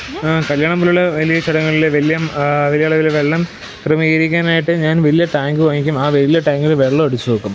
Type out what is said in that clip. കല്യാണം പോലുള്ള വലിയ ചടങ്ങുകളിലെ വലിയ അളവിൽ വെള്ളം ക്രമീകരിക്കാനായിട്ട് ഞാൻ വലിയ ടാങ്ക് വാങ്ങിക്കും ആ വലിയ ടാങ്കിൽ വെള്ളം അടിച്ച് വെക്കും